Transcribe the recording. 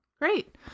Great